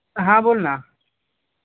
हां बोल ना